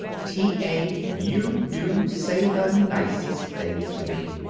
t. a, you do say the nicest things to me.